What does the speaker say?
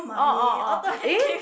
oh oh oh eh